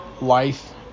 Life